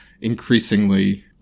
increasingly